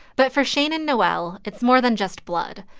but for shane and noelle, it's more than just blood.